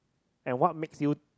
and what makes you